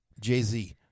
Jay-Z